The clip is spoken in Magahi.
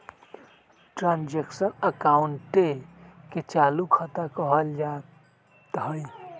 ट्रांजैक्शन अकाउंटे के चालू खता कहल जाइत हइ